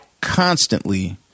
constantly